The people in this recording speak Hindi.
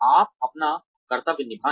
आप अपना कर्तव्य निभाएं